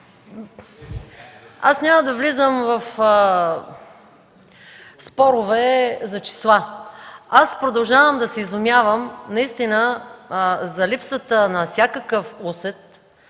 Аз няма да влизам в спорове за числа. Аз продължавам да се изумявам наистина за липсата на всякакъв усет